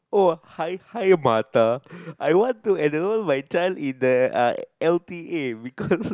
oh hi hi Mata I want to enroll my child in the uh l_t_a because